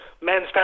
men's